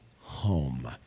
home